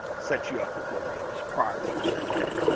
sets you up with one of those prior to surgery.